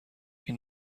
این